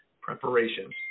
preparations